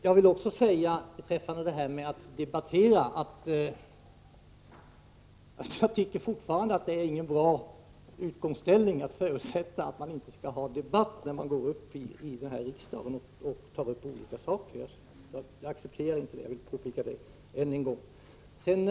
Jag vill också säga att jag fortfarande tycker att det inte är någon bra utgångspunkt att förutsätta att man inte skall föra en debatt när olika frågor tas upp i kammaren. Jag accepterar inte en sådan inställning.